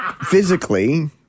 physically